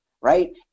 right